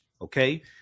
Okay